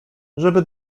żeby